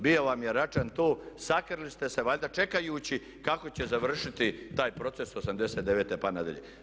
Bio vam je Račan tu, sakrili ste se valjda čekajući kako će završiti taj proces '89. pa nadalje.